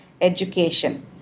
education